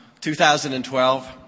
2012